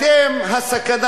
אתם הסכנה